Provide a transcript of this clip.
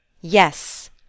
Yes